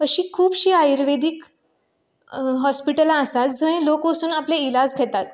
अशीं खुबशीं आयुर्वेदीक हाॅस्पिटलां आसात जंय लोक वचून आपलें इलाज घेतात